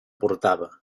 portava